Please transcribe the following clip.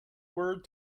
word